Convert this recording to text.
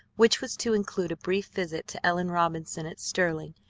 which was to include a brief visit to ellen robinson at sterling,